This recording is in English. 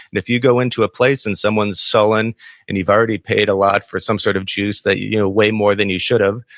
if you go into a place and someone's sullen and you've already paid a lot for some sort of juice you know way more than you should have,